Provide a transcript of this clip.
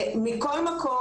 מכל מקום,